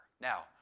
Now